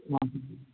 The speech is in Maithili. हाँ